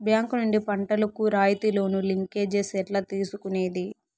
Bank నుండి పంటలు కు రాయితీ లోను, లింకేజస్ ఎట్లా తీసుకొనేది?